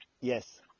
Yes